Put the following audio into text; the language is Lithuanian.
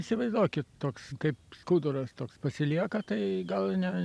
įsivaizduokit toks kaip skuduras toks pasilieka tai gal ne